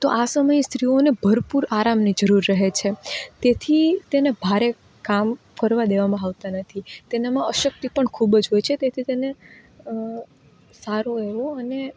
તો આ સમયે સ્ત્રીઓને ભરપૂર આરામની જરૂર રહે છે તેથી તેને ભારે કામ કરવા દેવામાં આવતા નથી તેનામાં અશક્તિ પણ ખૂબ જ હોય છે તેથી તેને સારું એવુ અને